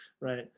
Right